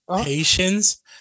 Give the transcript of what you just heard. Patience